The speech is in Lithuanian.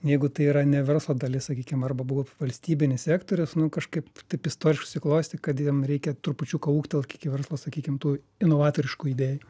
jeigu tai yra ne verslo dalis sakykim arba buvo valstybinis sektorius nu kažkaip taip istoriškai susiklostė kad jiem reikia trupučiuką ūgtelt iki verslo sakykim tų inovatoriškų idėjų